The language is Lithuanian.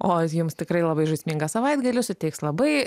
o jums tikrai labai žaismingą savaitgalį suteiks labai